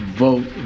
vote